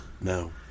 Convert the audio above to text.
No